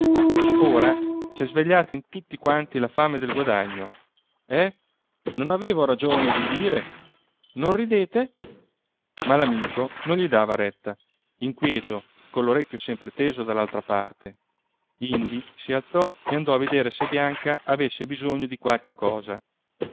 rubiera ora s'è svegliata in tutti quanti la fame del guadagno eh non avevo ragione di dire non ridete ma l'amico non gli dava retta inquieto coll'orecchio sempre teso dall'altra parte indi si alzò e andò a vedere se bianca avesse bisogno di qualche cosa